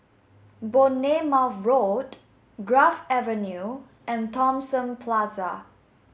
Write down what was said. Bournemouth Road Grove Avenue and Thomson Plaza